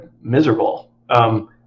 miserable